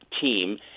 team